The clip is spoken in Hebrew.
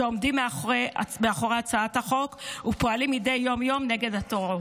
שעומדים מאחורי הצעת החוק ופועלים מדי יום נגד הטרור.